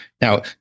Now